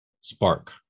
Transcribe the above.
spark